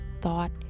thought